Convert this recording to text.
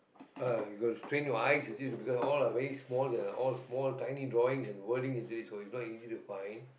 uh you got to strain your eyes is it because all are very small and all small tiny drawings and wordings you see so it's not easy to find